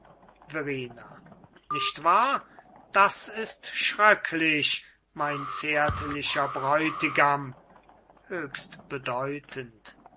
verrina nicht wahr das ist schröcklich mein zärtlicher bräutigam höchst bedeutend